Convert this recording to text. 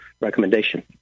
recommendation